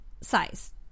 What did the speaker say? size